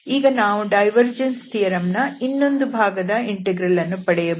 ಈಗ ನಾವು divergence theorem ನ ಇನ್ನೊಂದು ಭಾಗದ ಇಂಟೆಗ್ರಲ್ ಅನ್ನು ಪಡೆಯಬಹುದು